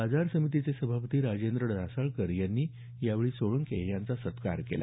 बाजार समितीचे सभापती राजेंद्र डासाळकर यांनी यावेळी सोळंके यांचा सत्कार केला